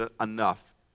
enough